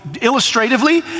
Illustratively